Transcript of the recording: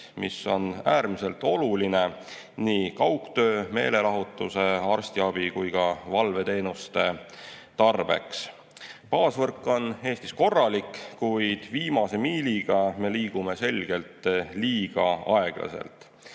mis on äärmiselt oluline nii kaugtöö, meelelahutuse, arstiabi kui ka valveteenuste tarbeks. Baasvõrk on Eestis korralik, kuid viimase miiliga me liigume edasi selgelt liiga aeglaselt.